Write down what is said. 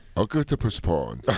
octopus porn.